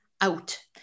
out